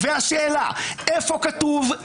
אבל אני יודעת למה אתה מתחמק משפיר.